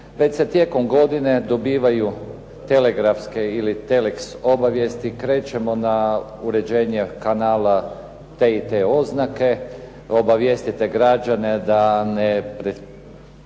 već se tijekom godine dobivaju telegrafske ili telex obavijesti krećemo na uređenje kanala te i te oznake, obavijestite građane da ne izazivaju